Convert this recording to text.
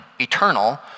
eternal